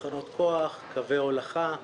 תחנות כוח, קווי הולכה,